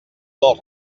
del